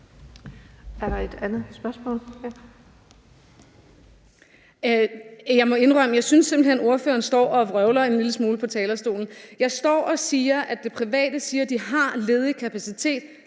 Er der et andet spørgsmål?